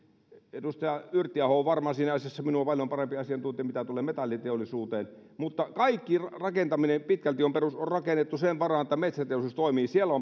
edustaja yrttiaho on varmaan siinä asiassa minua paljon parempi asiantuntija mitä tulee metalliteollisuuteen mutta kaikki rakentaminen pitkälti on rakennettu sen varaan että metsäteollisuus toimii siellä